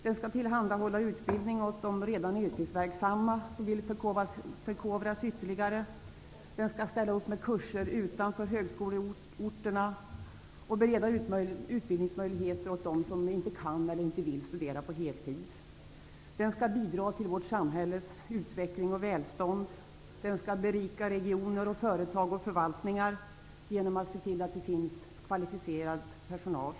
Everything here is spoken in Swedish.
Den skall tillhandahålla utbildning åt de redan yrkesverksamma som vill förkovra sig ytterligare. Den skall ställa upp med kurser utanför högskoleorterna och bereda utbildningsmöjligheter för dem som inte kan eller vill studera på heltid. Den skall bidra till vårt samhälles utveckling och välstånd. Den skall berika regioner, företag och förvaltningar genom att se till att det finns kvalificerad personal.